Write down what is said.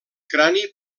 crani